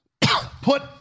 put